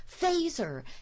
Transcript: Phaser